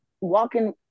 walking